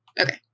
Okay